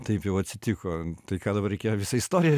taip jau atsitiko tai ką dabar reikėjo visą istoriją